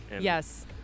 yes